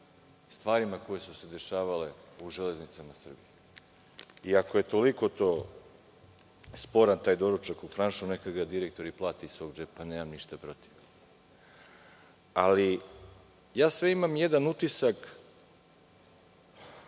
stvarima koje su se dešavale u „Železnici“ Srbije. Ako je toliko sporan taj doručak u „Franšu“, neka ga direktori plate iz svog džepa, nemam ništa protiv. Ali, imam jedan utisak